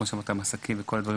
מסכים וכו',